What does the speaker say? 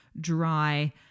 dry